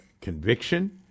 conviction